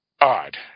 odd